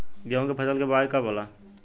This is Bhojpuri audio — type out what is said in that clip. गेहूं के फसल के बोआई कब होला?